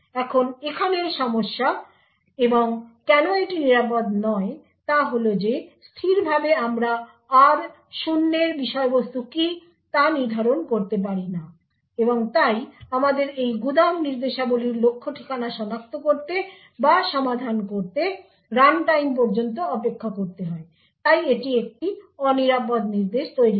এখন এখানের সমস্যা এবং কেন এটি নিরাপদ নয় তা হল যে স্থিরভাবে আমরা R0 এর বিষয়বস্তু কী তা নির্ধারণ করতে পারি না এবং তাই আমাদের এই গুদাম নির্দেশাবলীর লক্ষ্য ঠিকানা সনাক্ত করতে বা সমাধান করতে রানটাইম পর্যন্ত অপেক্ষা করতে হয় তাই এটি একটি অনিরাপদ নির্দেশ তৈরি করে